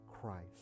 Christ